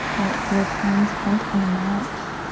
let your time spent on the mat